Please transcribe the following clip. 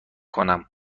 کنم